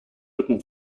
written